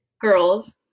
girls